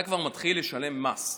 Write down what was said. אתה כבר מתחיל לשלם מס,